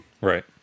Right